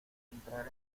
entrar